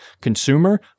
consumer